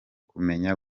kumenya